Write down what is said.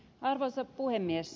arvoisa puhemies